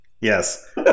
Yes